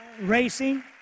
racing